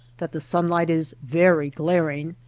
that the sunlight is very glaring,